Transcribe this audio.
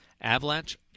Avalanche